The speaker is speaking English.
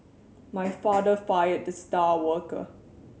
my father fired the star worker